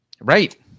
Right